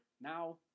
Now